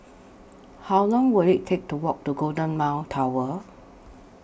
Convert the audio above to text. How Long Will IT Take to Walk to Golden Mile Tower